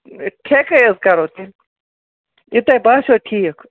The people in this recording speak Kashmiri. ٹھٮ۪کٕے حظ کَرو ییٛلہِ یہِ تۄہہِ باسٮ۪و ٹھیٖکھ